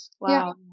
wow